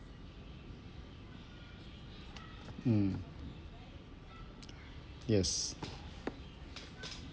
mm yes